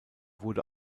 wurde